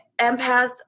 empaths